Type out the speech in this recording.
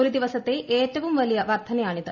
ഒരു ദിവസത്തെ ഏറ്റവും വലിയ വർദ്ധനയാണിത്